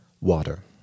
water